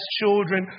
children